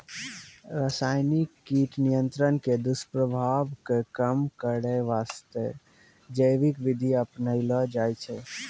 रासायनिक कीट नियंत्रण के दुस्प्रभाव कॅ कम करै वास्तॅ जैविक विधि अपनैलो जाय छै